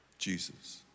Jesus